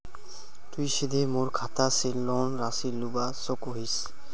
तुई सीधे मोर खाता से लोन राशि लुबा सकोहिस?